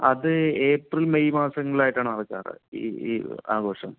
അത് April May മാസങ്ങളിൽ ആയിട്ടാണ് നടക്കാറ് ഈ ഈ ആഘോഷം